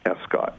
Escott